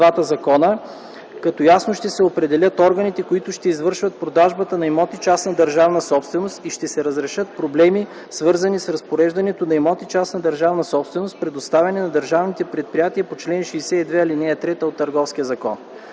като ясно ще се определят органите, които ще извършват продажбата на имоти – частна държавна собственост, и ще се разрешат проблеми, свързани с разпореждането на имоти – частна държавна собственост, предоставени на държавни предприятия по чл. 62, ал. 3 от Търговския закон.